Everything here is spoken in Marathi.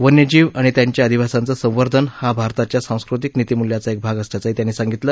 वन्यजीव आणि त्यांच्या अधिवासाचं संवर्धन हा भारताच्या सांस्कृतीक नितीमूल्याचा एक भाग असल्याचं ते म्हणाले